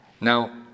Now